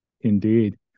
Indeed